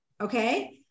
Okay